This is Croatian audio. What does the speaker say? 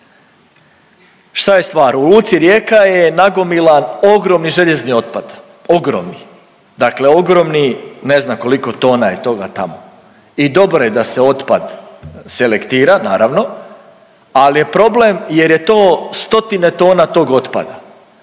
šta je stvar, u luci Rijeka je nagomilan ogromni željezni otpad, ogromni. Dakle ogromni, ne znam koliko tona je toga tamo i dobro je da se otpad selektira, naravno, ali je problem jer je to stotine toga tog otpada